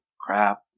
crap